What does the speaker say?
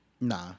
Nah